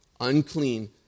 unclean